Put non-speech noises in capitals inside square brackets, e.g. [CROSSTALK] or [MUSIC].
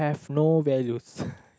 I have no values [LAUGHS]